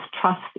trust